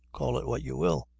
call it what you will!